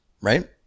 right